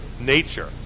nature